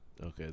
Okay